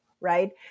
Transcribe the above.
right